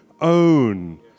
own